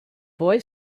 boy